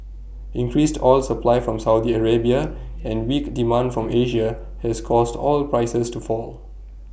increased oil supply from Saudi Arabia and weak demand from Asia has caused oil prices to fall